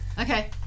okay